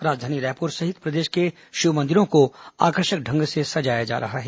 राजधानी रायपुर सहित प्रदेश के शिव मंदिरों को आकर्षक ढंग से सजाया जा रहा है